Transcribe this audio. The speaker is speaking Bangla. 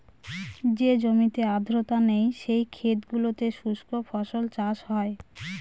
যে জমিতে আর্দ্রতা নেই, সেই ক্ষেত গুলোতে শুস্ক ফসল চাষ হয়